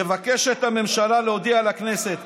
מבקשת הממשלה להודיע לכנסת